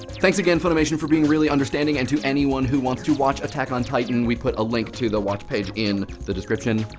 thanks again, funimation, for being really understanding. and to anyone who wants to watch attack on titan, we put a link to the watch page in the description.